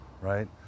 right